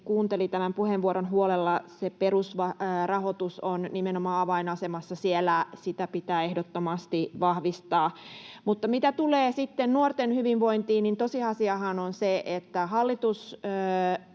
kuunteli tämän puheenvuoron huolella. Se perusrahoitus on nimenomaan avainasemassa siellä, sitä pitää ehdottomasti vahvistaa. Mutta mitä tulee sitten nuorten hyvinvointiin, niin tosiasiahan on se, että hallitus